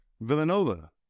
Villanova